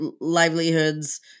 livelihoods –